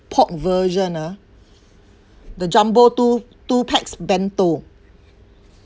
pork version ah the jumbo two two pax bento